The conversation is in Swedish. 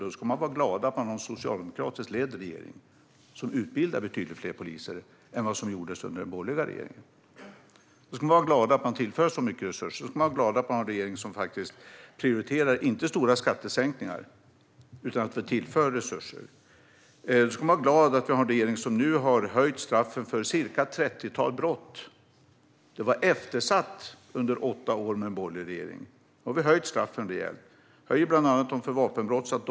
Då ska man vara glad att ha en socialdemokratiskt ledd regering, som ser till att det utbildas betydligt fler poliser än den borgerliga regeringen gjorde. Man ska vara glad att vi tillför så mycket resurser, att ha en regering som inte prioriterar stora skattesänkningar utan tillför resurser. Man ska vara glad att ha en regering som har höjt straffen för ett trettiotal brott. Det var eftersatt efter åtta år med en borgerlig regering. Vi har höjt straffen rejält, bland annat för vapenbrott.